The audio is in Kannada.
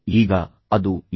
ಈಗ ಅದು ಏನು